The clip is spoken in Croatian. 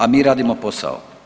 A mi radimo posao.